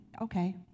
okay